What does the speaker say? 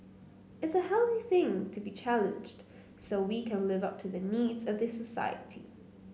it's a healthy thing to be challenged so we can live up to the needs of the society